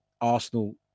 Arsenal